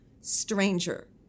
stranger